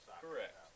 Correct